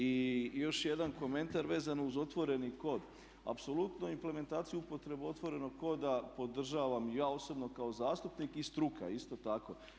I još jedan komentar vezano uz otvoreni kod, apsolutno implementacija upotrebe otvorenog koda podržavam i ja osobno kao zastupnik i struka isto tako.